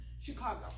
Chicago